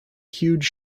huge